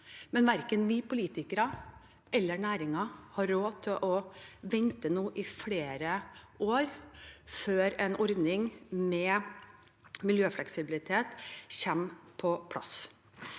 men verken vi politikere eller næringen har råd til å vente i flere år før en ordning med miljøfleksibilitet kommer på plass.